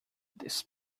this